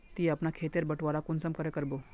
ती अपना खेत तेर बटवारा कुंसम करे करबो?